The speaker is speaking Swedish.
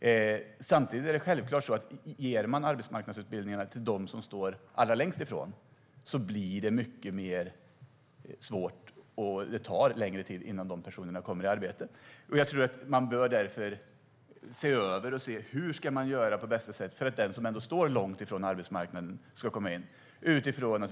Samtidigt är det självklart så att om man ger arbetsmarknadsutbildningarna till dem som står allra längst ifrån blir det mycket svårare och tar längre tid för de personerna att komma i arbete. Man bör därför se över och se: Hur ska man göra på bästa sätt för att den som står långt från arbetsmarknaden ska komma in?